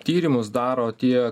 tyrimus daro tie